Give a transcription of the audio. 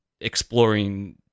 exploring